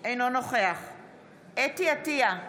אינו נוכח חוה אתי עטייה,